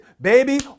baby